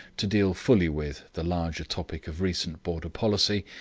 to deal fully with, the larger topic of recent border policy,